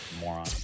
Moron